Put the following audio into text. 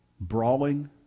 brawling